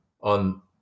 on